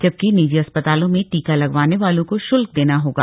जबकि निजी अस्पतालों में टीका लगवाने वालों को शुल्क देना होगा